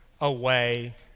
away